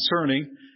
concerning